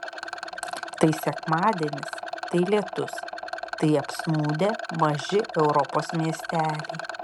tai sekmadienis tai lietus tai apsnūdę maži europos miesteliai